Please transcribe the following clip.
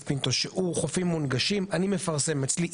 פינטו שהוא חופים מונגשים אני מפרסם אצלי,